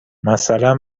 مثلا